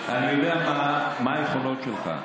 אני יודע מה היכולות שלך.